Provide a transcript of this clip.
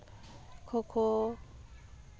ᱠᱷᱳᱸ ᱠᱷᱳᱸ